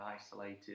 isolated